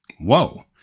whoa